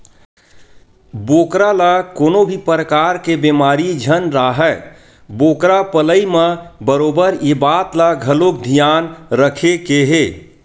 बोकरा ल कोनो भी परकार के बेमारी झन राहय बोकरा पलई म बरोबर ये बात ल घलोक धियान रखे के हे